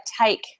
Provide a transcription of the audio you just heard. take